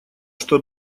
что